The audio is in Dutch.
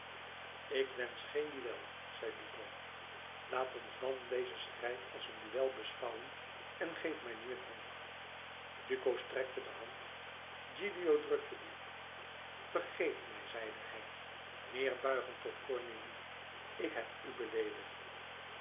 ik wensch geen duel zei duco laat ons dan dezen strijd als een duel beschouwen en geef mij nu een hand duco strekte de hand gilio drukte die vergeef mij zeide hij neêrbuigend tot cornélie ik heb u beleedigd